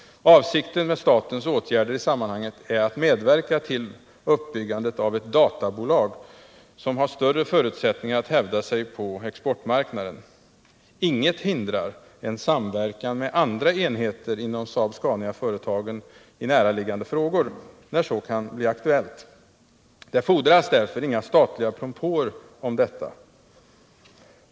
Avsikten med statens åtgärder i sammanhanget är att medverka till uppbyggandet av ett databolag som har större förutsättningar att hävda sig på exportmarknaden. Inget hindrar en samverkan med andra enheter inom Saab-Scania-företagen i näraliggande frågor, när så kan bli aktuellt. Det erfordras inga statliga propåer om detta.